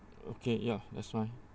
okay ya that's fine